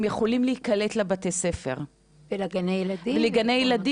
יכולים להיקלט לבתי הספר ולגני הילדים,